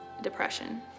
depression